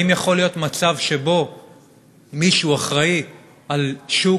האם יכול להיות מצב שמישהו אחראי לשוק